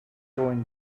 join